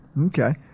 okay